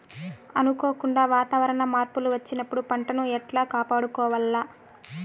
అనుకోకుండా వాతావరణ మార్పులు వచ్చినప్పుడు పంటను ఎట్లా కాపాడుకోవాల్ల?